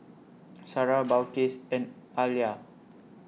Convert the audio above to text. Sarah Balqis and Alya